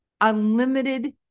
Unlimited